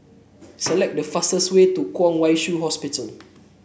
select the fastest way to Kwong Wai Shiu Hospital